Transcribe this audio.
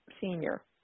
senior